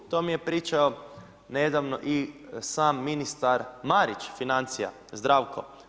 To mi je pričao nedavno i sam ministar Marić financija Zdravko.